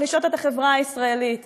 מחלישות את החברה הישראלית,